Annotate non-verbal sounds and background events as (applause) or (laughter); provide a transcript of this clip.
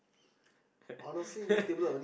(laughs)